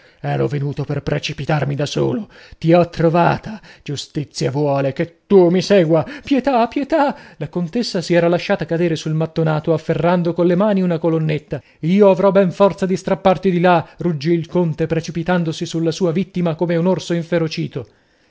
ero venuto per precipitarmi da solo ti ho trovata giustizia vuole che tu mi segua pietà pietà la contessa si era lasciata cadere sul mattonato afferrando colle mani una colonnetta io avrò ben forza di strapparti di là ruggì il conte precipitandosi sulla sua vittima come un orso inferocito